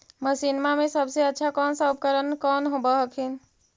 मसिनमा मे सबसे अच्छा कौन सा उपकरण कौन होब हखिन?